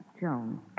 Jones